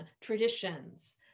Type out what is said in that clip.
traditions